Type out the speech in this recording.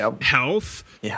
health